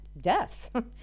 death